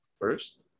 first